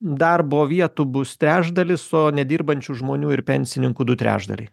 darbo vietų bus trečdalis o nedirbančių žmonių ir pensininkų du trečdaliai